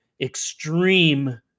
Extreme